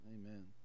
Amen